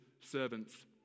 servants